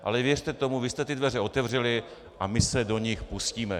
Ale věřte tomu, vy jste ty dveře otevřeli a my se do nich pustíme.